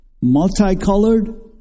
multicolored